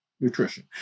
nutrition